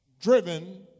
driven